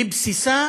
בבסיסה,